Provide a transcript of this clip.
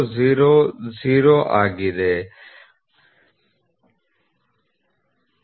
09 mm then wear allowance may not be considered